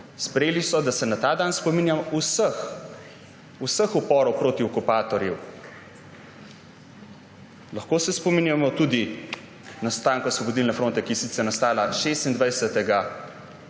Sprejeli so, da se na ta dan spominjamo vseh uporov proti okupatorju. Lahko se spominjamo tudi nastanka Osvobodilne fronte, ki je sicer nastala 26. aprila,